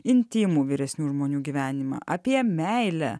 intymų vyresnių žmonių gyvenimą apie meilę